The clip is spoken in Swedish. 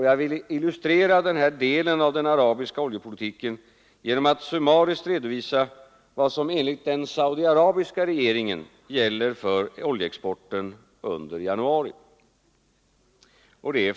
Jag vill illustrera denna del av den arabiska oljepolitiken genom att summariskt redovisa vad som enligt den saudi-arabiska regeringen gäller för oljeexporten under januari.